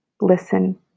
Listen